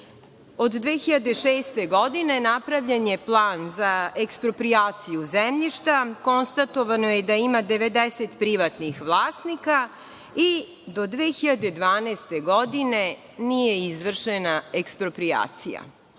Od 2006. godine napravljen je plan za eksproprijaciju zemljišta. Konstatovano je da ima 90 privatnih vlasnika i do 2012. godine nije izvršena eksproprijacija. Ono